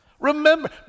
Remember